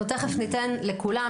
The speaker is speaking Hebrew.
אנחנו תכף ניתן לכולם,